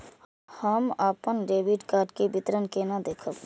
हम अपन debit card के विवरण केना देखब?